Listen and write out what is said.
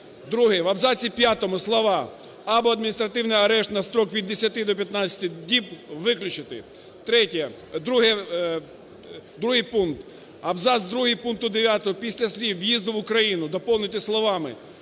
Друге. В абзаці п'ятому слова "або адміністративний арешт на строк від 10 до 15 діб" виключити. Третє... Другий пункт. Абзац другий пункту 9 після слів "в'їзду в Україну" доповнити словами